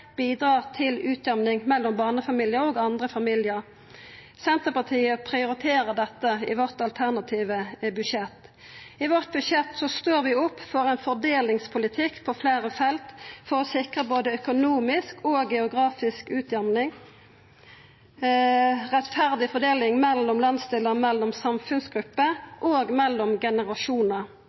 bidrar til utjamning mellom barnefamiliar og andre familiar. Senterpartiet prioriterer dette i sitt alternative budsjett. I vårt budsjett står vi opp for ein fordelingspolitikk på fleire felt, for å sikra både økonomisk og geografisk utjamning, rettferdig fordeling mellom landsdelar, mellom samfunnsgrupper og mellom generasjonar.